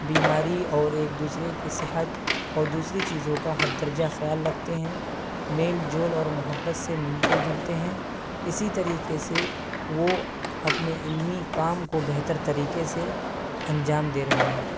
بیماری اور ایک دوسرے کی صحت اور دوسری چیزوں کا حد درجہ خیال رکھتے ہیں میل جول اور محبت سے ملتے جلتے ہیں اسی طریقے سے وہ اپنے علمی کام کو بہتر طریقے سے انجام دے رہے ہیں